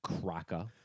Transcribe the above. cracker